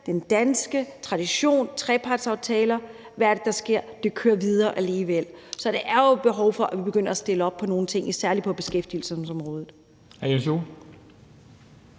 den danske tradition og trepartsaftaler. Hvad er det, der sker? Det kører videre alligevel. Så der er jo behov for, at vi begynder at stille op i forhold til nogle ting, særlig på beskæftigelsesområdet.